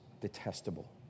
detestable